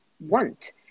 want